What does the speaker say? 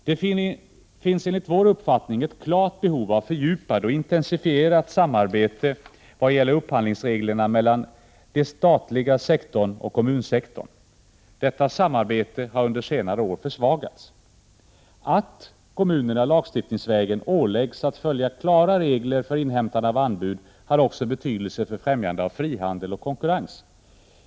Det finns enligt vår uppfattning ett klart behov av fördjupat och intensifierat samarbete vad gäller upphandlingsregler mellan den statliga sektorn och kommunsektorn. Detta samarbete har under senare år försvagats. Att kommunerna lagstiftningsvägen åläggs att följa klara regler för inhämtande av anbud har också betydelse för främjande av frihandel och konkurrens.